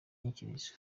inyikirizo